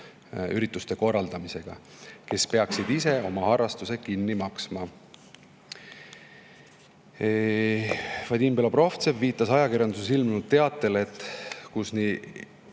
ürituste korraldamisega, kes peaksid ise oma harrastuse kinni maksma. Vadim Belobrovtsev viitas ajakirjanduses ilmunud teatele, mille